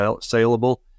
saleable